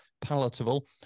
palatable